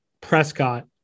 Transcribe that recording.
Prescott